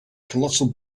colossal